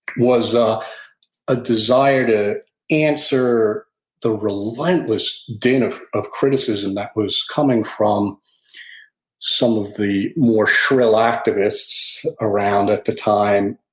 was a ah desire to answer the relentless din of of criticism that was coming from some of the more shrill activists around at the time.